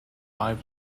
five